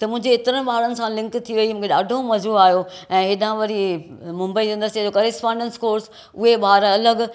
त मुंहिंजे एतिरनि ॿारनि सां लिंक थी वई मूंखे ॾाढो मज़ो आहियो ऐं हेॾां वरी मुंबई यूनिवर्सिटीअ जो कोरेसपोंडेंस कोर्स उहे ॿार अलॻि